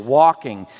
walking